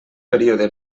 període